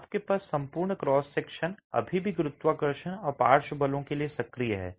आपके पास संपूर्ण क्रॉस सेक्शन अभी भी गुरुत्वाकर्षण और पार्श्व बलों के लिए सक्रिय है